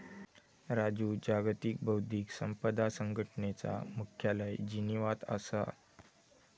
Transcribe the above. राजू जागतिक बौध्दिक संपदा संघटनेचा मुख्यालय जिनीवात असा